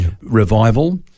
Revival